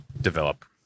develop